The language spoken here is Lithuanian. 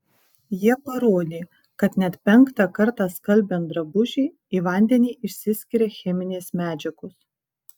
jie parodė kad net penktą kartą skalbiant drabužį į vandenį išsiskiria cheminės medžiagos